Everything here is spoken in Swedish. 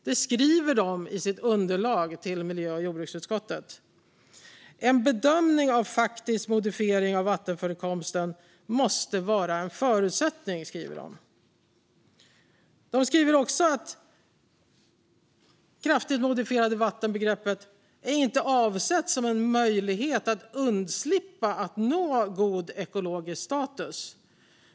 Det skriver de i sitt underlag till miljö och jordbruksutskottet. En bedömning av faktisk modifiering av vattenförekomsten måste vara en förutsättning, skriver de. De skriver också att begreppet kraftigt modifierade vatten inte är avsett som en möjlighet att undslippa att nå god ekologisk status.